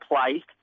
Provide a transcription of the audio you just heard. placed